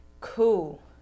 Cool